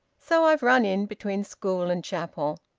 so i've run in between school and chapel.